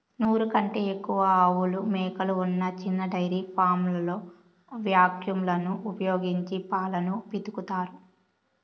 నూరు కంటే ఎక్కువ ఆవులు, మేకలు ఉన్న చిన్న డెయిరీ ఫామ్లలో వాక్యూమ్ లను ఉపయోగించి పాలను పితుకుతారు